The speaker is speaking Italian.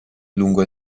lungo